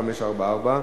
1544,